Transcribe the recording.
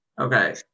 Okay